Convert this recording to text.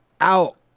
out